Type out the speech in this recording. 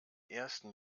ersten